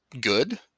good